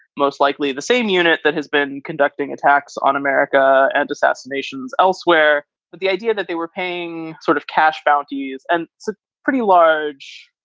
most likely the same unit that has been conducting attacks on america and assassinations elsewhere. but the idea that they were paying sort of cash bounties and so pretty large,